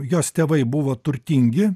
jos tėvai buvo turtingi